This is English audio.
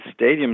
stadiums